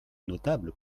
notable